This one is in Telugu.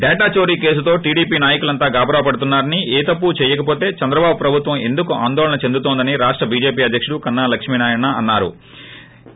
డేటా చోరి కేసులో టీడీపీ నాయకులంతా గాబరా పడుతున్నారని ఏ తప్పు చేయకపోతే చంద్రబాబు ప్రభుత్వం ఎందుకు ఆందోళన చెందుతోందని రాష్ట బీజేపీ అధ్యక్షుడు కన్నా లక్ష్మినారాయణ అన్నారు